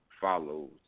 follows